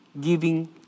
giving